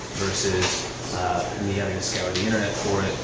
versus me having to scour the internet for